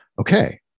Okay